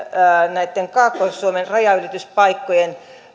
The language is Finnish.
näitten kaakkois suomen rajanylityspaikkojen